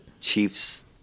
Chiefs